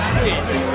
please